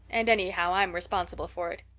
and anyhow i'm responsible for it.